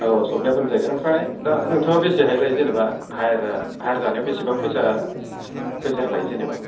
औ सबनियाफोरनो जायैगोन ओमफ्राय दा नोंथाङा बेसेहाय लायो जेनेबा हायारा हायार लानाया बेसेबां फैसा फैसा लायो जेनेबा